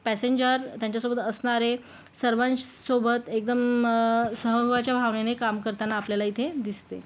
passenger त्यांच्या सोबत असणारे सर्वांसशोबत एकदम भावनेने काम करताना आपल्यला इथे दिसते